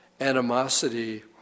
animosity